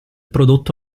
prodotto